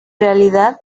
realidad